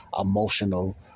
emotional